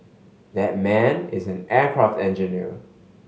that man is an aircraft engineer